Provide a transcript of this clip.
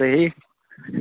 صحیح